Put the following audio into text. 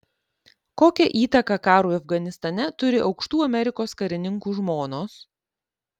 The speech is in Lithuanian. kokią įtaką karui afganistane turi aukštų amerikos karininkų žmonos